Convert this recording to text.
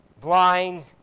blind